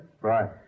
Right